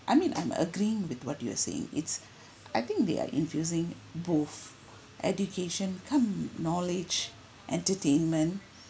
I mean I'm agreeing with what you are saying it's I think they are infusing both education cum knowledge entertainment